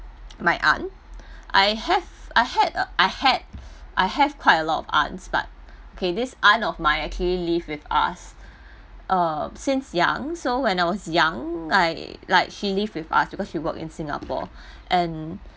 my aunt I have I had a I had I have quite a lot of aunts but K this aunt of mine actually live with us uh since young so when I was young I like she live with us because she work in singapore and